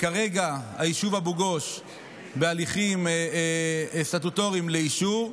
כרגע היישוב אבו גוש בהליכים סטטוטוריים לאישור,